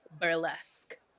Burlesque